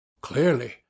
Clearly